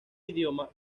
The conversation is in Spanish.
idioma